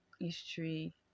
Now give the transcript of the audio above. history